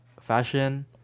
Fashion